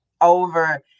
over